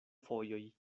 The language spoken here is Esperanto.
fojoj